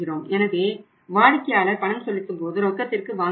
எனவே வாடிக்கையாளர் பணம் செலுத்தும் போது ரொக்கத்திற்கு வாங்கவேண்டும்